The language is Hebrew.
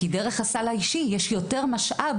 בגלל שדרך הסל האישי יש לי יותר משאב